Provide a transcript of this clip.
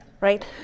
Right